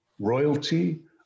royalty